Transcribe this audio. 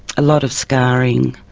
a lot of scarring,